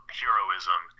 heroism